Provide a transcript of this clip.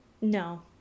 No